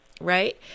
Right